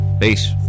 Peace